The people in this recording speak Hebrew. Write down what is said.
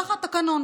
ככה התקנון.